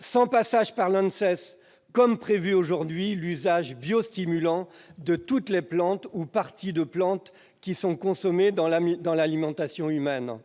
sans passage par l'ANSES comme c'est prévu aujourd'hui, l'usage biostimulant de toutes les plantes ou parties de plantes qui sont consommées dans l'alimentation humaine.